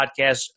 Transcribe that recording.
podcast